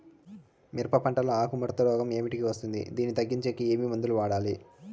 మిరప పంట లో ఆకు ముడత రోగం ఏమిటికి వస్తుంది, దీన్ని తగ్గించేకి ఏమి మందులు వాడాలి?